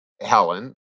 Helen